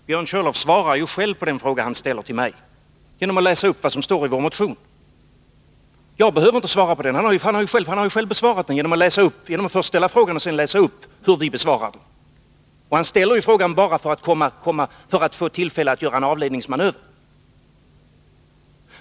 Herr talman! Björn Körlof svarar ju själv på den fråga han ställer till mig genom att läsa upp vad som står i vår motion. Jag behöver inte svara på den frågan. Han har ju själv besvarat den genom att först ställa frågan och sedan läsa upp hur vi besvarar den. Han ställde ju frågan bara för att få tillfälle att göra en avledningsmanöver.